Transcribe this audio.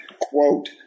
quote